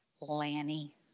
Lanny